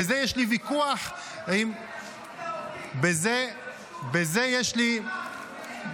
בזה יש לי ויכוח עם --- קודם כול